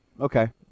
Okay